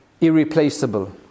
irreplaceable